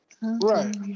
Right